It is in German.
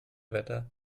wetter